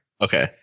Okay